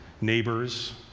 neighbors